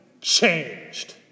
changed